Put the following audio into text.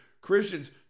Christians